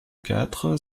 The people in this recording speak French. quatre